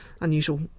unusual